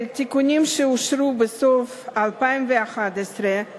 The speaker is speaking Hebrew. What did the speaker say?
ברצף תוצגנה ההצעות וישיב במשולב לאחר מכן